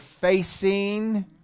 facing